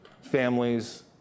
Families